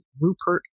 Rupert